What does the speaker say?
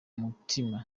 mutima